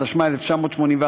התשמ"א 1981,